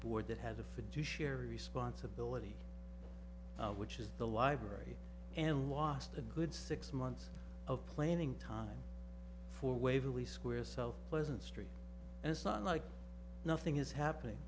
board that had a fiduciary responsibility which is the library and lost a good six months of planning time for waverley square itself pleasant street and it's not like nothing is happening